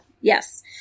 Yes